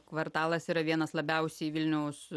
kvartalas yra vienas labiausiai vilniaus